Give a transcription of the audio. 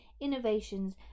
innovations